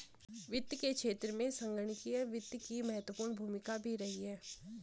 वित्त के क्षेत्र में संगणकीय वित्त की महत्वपूर्ण भूमिका भी रही है